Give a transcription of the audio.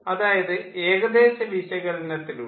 അതായത് ഏകദേശ വിശകലനത്തിലൂടെ